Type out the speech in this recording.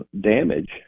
damage